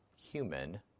human